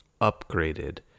upgraded